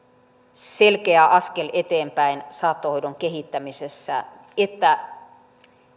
selkeä askel eteenpäin saattohoidon kehittämisessä että